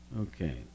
Okay